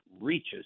reaches